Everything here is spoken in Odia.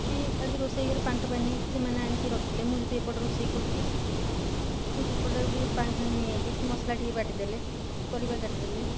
କି ଆଜି ରୋଷେଇ ଘରେ ପାଣି ଟୋପେ ନେଇକି ସେମାନେ ଆଣିକି ରଖିଲେ ମୁଁ ଯଦି ଏପଟେ ରୋଷେଇ କରୁଛି ସେ ସେପଟେ ଟିକେ ପାଣିଫାଣି ନେଇ ଆସିଲେ କି ମସଲା ଟିକେ ବାଟିଦେଲେ କି ପରିବା କାଟିଦେଲେ